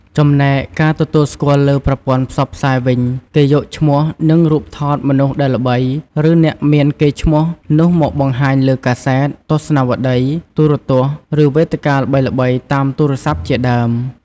ចំណែកការទទួលស្គាល់លើប្រព័ន្ធផ្សព្វផ្សាយវិញ គេយកឈ្មោះ និងរូបថតមនុស្សដែលល្បី ឬ អ្នកមានកេរ្តិ៍ឈ្មោះនោះមកបង្ហាញលើកាសែត ទស្សនាវដ្តី ទូរទស្សន៍ ឬ វេទិកាល្បីៗតាមទូរស័ព្ទជាដើម។